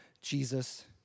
Jesus